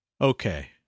Okay